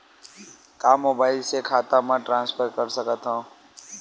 का मोबाइल से खाता म ट्रान्सफर कर सकथव?